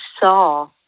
saw